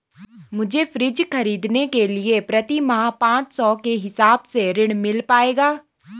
मुझे फ्रीज खरीदने के लिए प्रति माह पाँच सौ के हिसाब से ऋण मिल पाएगा?